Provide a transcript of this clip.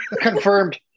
Confirmed